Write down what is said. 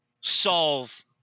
solve